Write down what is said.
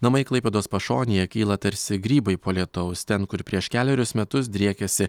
namai klaipėdos pašonėje kyla tarsi grybai po lietaus ten kur prieš kelerius metus driekėsi